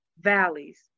valleys